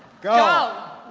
go